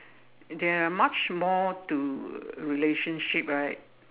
there are much more to relationship right